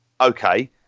Okay